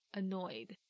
annoyed